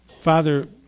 Father